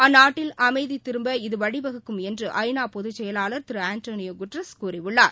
அந்நாட்டில் அமைதிதிரும்ப இது வழிவகுக்கும் என்று ஐ நா பொதுச்செயல் திருஆண்டனியோகுட்ரோஸ் கூறியுள்ளார்